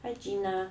hi gina